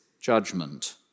judgment